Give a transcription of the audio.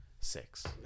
Six